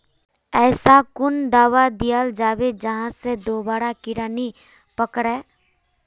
ऐसा कुन दाबा दियाल जाबे जहा से दोबारा कीड़ा नी पकड़े?